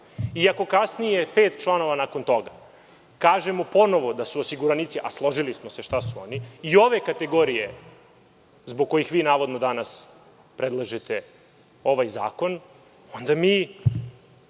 ako kasnije pet članova nakon toga kažemo ponovo da su osiguranici, a složili smo se šta su oni, i ove kategorije zbog kojih navodno danas predlažete ovaj zakon, onda mi